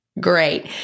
Great